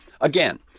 Again